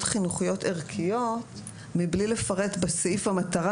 חינוכיות ערכיות מבלי לפרט בסעיף המטרה,